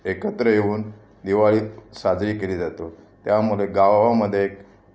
एकत्र येऊन दिवाळी साजरी केली जातो त्यामुळे गावावमध्ये